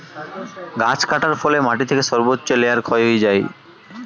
গাছ কাটার ফলে মাটি থেকে সর্বোচ্চ লেয়ার ক্ষয় হয়ে যায়